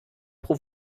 pro